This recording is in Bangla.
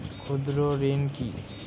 ক্ষুদ্র ঋণ কি?